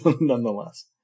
nonetheless